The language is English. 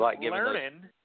learning